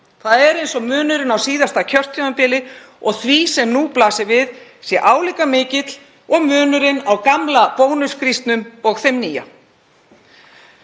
Það er eins og munurinn á síðasta kjörtímabili og því sem nú blasir við sé álíka mikill og munurinn á gamla Bónusgrísnum og þeim nýja.